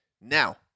Now